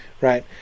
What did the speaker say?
right